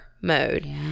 mode